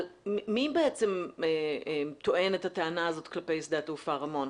מי בעצם טוען את הטענה הזאת כלפי שדה התעופה רמון?